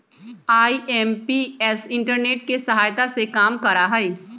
IMPS internet के सहायता से काम करा हई